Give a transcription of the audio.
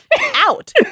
out